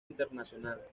internacional